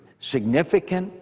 significant,